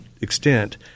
extent